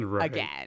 again